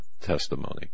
testimony